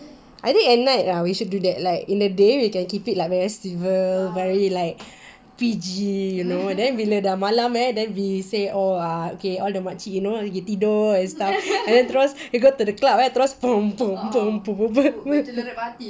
I think at night lah we should do that like in the day we can keep it like very civil very like P_G you know then bila dah malam kan then we say oh uh all the makcik pergi tidur and stuff and then terus we got to the club and then terus